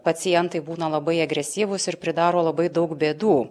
pacientai būna labai agresyvūs ir pridaro labai daug bėdų